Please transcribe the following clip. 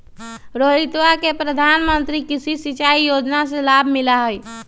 रोहितवा के प्रधानमंत्री कृषि सिंचाई योजना से लाभ मिला हई